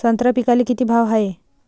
संत्रा पिकाले किती भाव हाये?